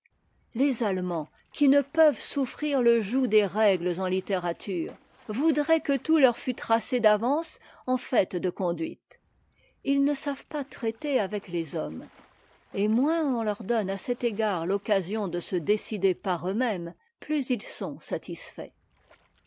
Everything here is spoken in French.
les allemands qui ne peuvent souffrir ie joug des règles en littérature voudraient que tout leur fut tracé d'avance en fait de conduite ils ne savent pas traiter avec les hommes et moins on leur donne à cet égard l'occasion de se décider par eux-mêmes plus ils sont satisfaits